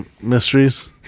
Mysteries